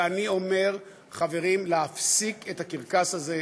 ואני אומר, חברים, להפסיק את הקרקס הזה,